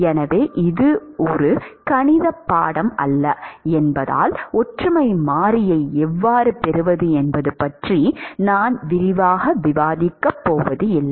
எனவே இது இது கணித பாடம் அல்ல என்பதால் ஒற்றுமை மாறியை எவ்வாறு பெறுவது என்பது பற்றி நான் விரிவாக விவாதிக்கப் போவதில்லை